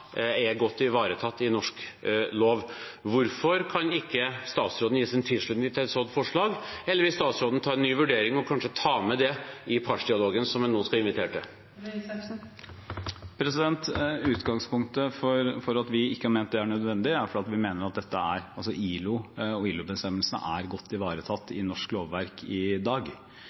er godt ivaretatt i norsk lov. Hvorfor kan ikke statsråden gi sin tilslutning til et sånt forslag? Vil statsråden ta en ny vurdering og kanskje ta med det i partsdialogen som han nå skal invitere til? Utgangspunktet for at vi ikke har ment det er nødvendig, er at vi mener ILO og ILO-bestemmelsene er godt ivaretatt i norsk lovverk i dag.